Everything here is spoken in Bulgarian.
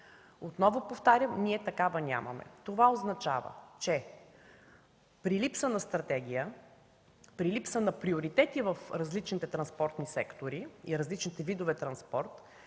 Отново повтарям, ние такава нямаме. Това означава, че при липса на стратегия, при липса на приоритети в различните транспортни сектори и различните видове транспорт